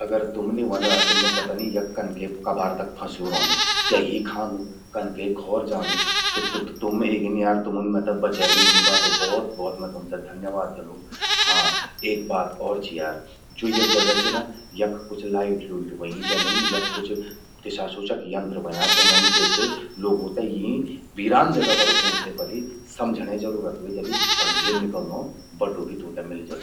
अगर तुम नि व्हंदा त मैं पकनि यख कमनके कबार तक फंस्यूं रौंदु। क्या ही खांदु, कनके घौर जांदु, स्वो त तुम एगिन यार तुमुन मेते बचैलि यीं बातो भौत भौत मैं तुमते धन्यवाद द्योंदु। हां एक बात और चि यार, ज्वो या जगा चि ना यख कुछ लाइट लूइट व्हयीं चेंदिन। यख कुछ दिशासूचक यंत्र व्हयां चेंदन। जेसे लोगों ते यीं वीरान जगा पर ऊंण से पलि समझणे जरूरत व्हे जलि और भेर निकल्लों बटु भी तूंते मिल जलु।